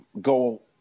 go